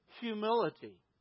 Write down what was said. humility